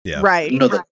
Right